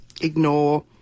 ignore